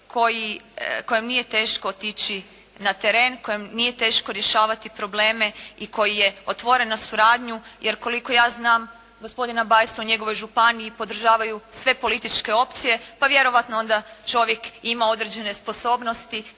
kojem nije teško otići na teren, kojem nije teško rješavati probleme i koji je otvoren na suradnju jer koliko ja znam gospodina Bajsa u njegovoj županiji podržavaju sve političke opcije, pa vjerojatno onda čovjek ima određene sposobnosti